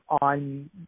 on